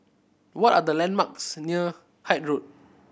what are the landmarks near Hythe Road